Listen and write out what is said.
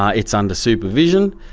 ah it's under supervision,